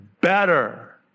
better